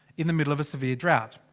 in the middle of a severe drought!